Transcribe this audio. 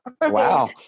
Wow